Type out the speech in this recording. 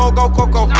um go coco